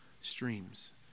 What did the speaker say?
streams